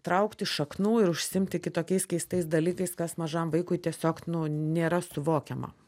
traukti šaknų ir užsiimti kitokiais keistais dalykais kas mažam vaikui tiesiog nu nėra suvokiama